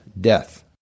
death